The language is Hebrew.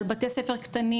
על בתי ספר קטנים,